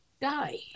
die